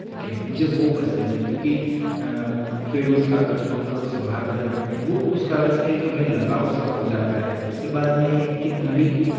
ठीक है मुझे वह पसंद है क्योंकि फिर उस कागज़ को हम लोग सम्भालकर रखते हैं वह उस कागज़ से एक हमें लगाव सा हो जाता है उसके बाद में यह कि हमारी